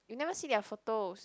you never see their photos